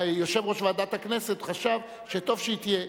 יושב-ראש ועדת הכנסת חשב שטוב שהיא תהיה.